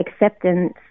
acceptance